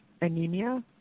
anemia